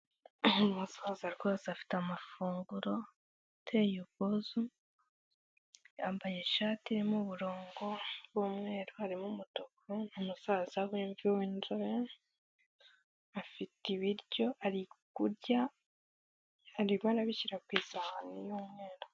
Umusaza rwose afite amafunguro ateye ubwuzu, yambaye ishati irimo uburongo bw'umweru, harimo umutuku, ni umusaza w'imvi w'inzobe, afite ibiryo ari kurya arimo arabishyira ku isahani y'umweru.